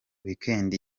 weekend